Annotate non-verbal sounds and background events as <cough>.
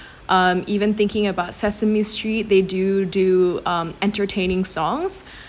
<breath> um even thinking about sesame street they do do um entertaining songs